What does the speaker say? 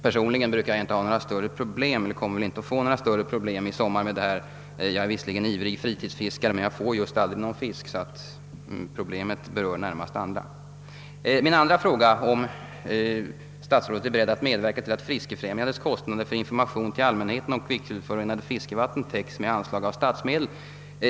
Personligen brukar jag dock inte ha några större problem därvidlag, och jag kommer väl inte att få det i sommar heller. Jag är visserligen ivrig fritidsfiskare men får just aldrig någon fisk. Problemet berör därför närmast andra. Min andra fråga löd: Är statsrådet beredd att medverka till att Fiskefrämjandets kostnader för information till allmänheten om kvicksilverförorenade fiskevatten täcks med anslag av statsmedel?